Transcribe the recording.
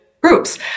groups